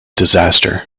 disaster